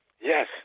Yes